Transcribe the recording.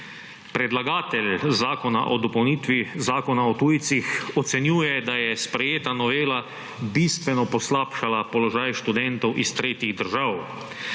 Predlagatelj zakona o dopolnitvi Zakona o tujcih ocenjuje, da je sprejeta novela bistveno poslabšala položaj študentov iz tretjih držav.